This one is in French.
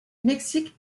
mexique